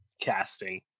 casting